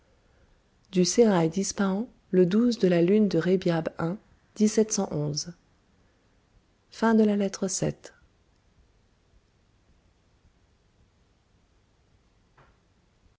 du sérail d'ispahan le de la lune de rébiab